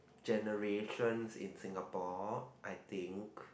generations in Singapore I think